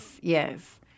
Yes